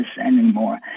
anymore